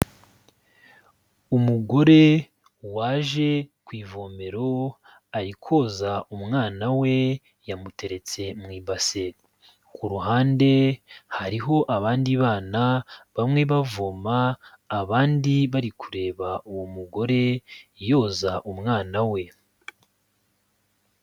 Umugore waje ku ivomero ari koza umwana we, yamuteretse mu ibase. Ku ruhande hariho abandi bana, bamwe bavoma, abandi bari kureba uwo mugore yoza umwana we.